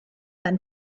been